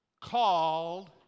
called